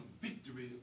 victory